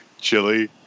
Chili